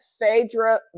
Phaedra